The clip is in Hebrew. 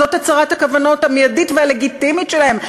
זאת הצהרת הכוונות המיידית והלגיטימית שלהם.